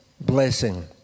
blessing